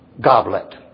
goblet